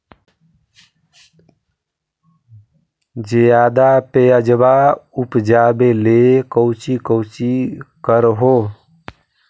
ज्यादा प्यजबा उपजाबे ले कौची कौची कर हो?